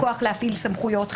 הכוח להפעיל סמכויות חקירה,